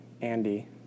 Andy